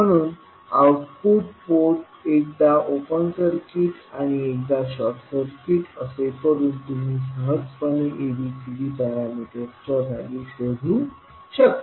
म्हणून output port एकदा open circuit आणि एकदा शॉर्ट सर्किट असे करून तुम्ही सहजपणे ABCD पॅरामीटरच्या व्हॅल्यू शोधू शकता